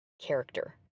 character